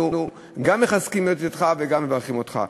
אנחנו גם מחזקים את ידיך וגם מברכים אותך.